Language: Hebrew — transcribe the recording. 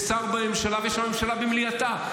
יש שר בממשלה ויש הממשלה במליאתה.